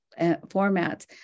formats